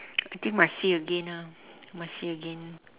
I think must see again ah must see again